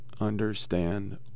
understand